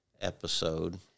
episode